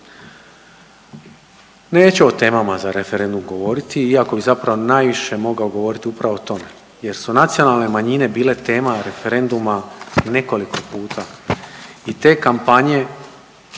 Neću o temama za referendum govoriti iako bi zapravo najviše mogao govoriti upravo o tome jer su nacionalne manjine bile tema referenduma nekoliko puta i te kampanje